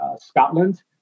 Scotland